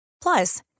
Plus